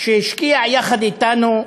שהשקיע יחד אתנו זמן,